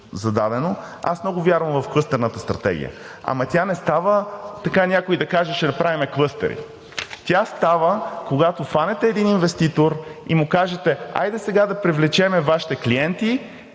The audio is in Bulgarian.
зададено, аз много вярвам в клъстерната стратегия. Ама тя не става така – някой да каже: ще направим клъстери. Тя става, когато хванете един инвеститор и му кажете: хайде сега да привлечем Вашите клиенти